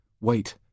wait